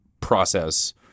process